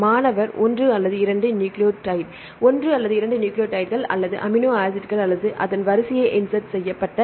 மாணவர் 1 அல்லது 2 நியூக்ளியோடைட் ஒன்று அல்லது இரண்டு நியூக்ளியோடைடுகள் அல்லது அமினோ ஆசிட்கள் அவை வரிசையைச் இன்செர்ட் செய்யப்பட்டன